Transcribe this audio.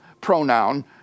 pronoun